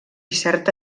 certa